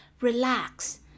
relax